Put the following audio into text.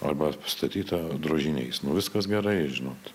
arba apstatyta drožiniais nu viskas gerai žinot